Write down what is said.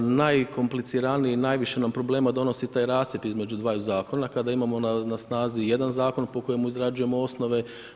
Najkompliciraniji, najviše nam problema donosi taj rascjep između dvaju zakona kada imamo na snazi jedan zakon po kojemu izrađujemo osnove.